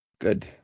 Good